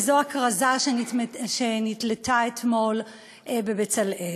והוא הכרזה שנתלתה אתמול ב"בצלאל".